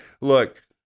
look